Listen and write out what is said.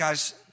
Guys